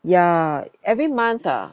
ya every month ah